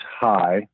high